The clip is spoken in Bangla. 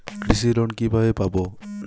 কৃষি লোন কিভাবে পাব?